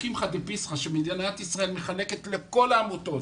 הקמחא דפסחא שמדינת ישראל מחלקת לכל העמותות